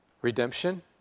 redemption